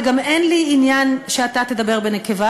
וגם אין לי עניין שאתה תדבר בלשון נקבה,